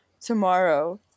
tomorrow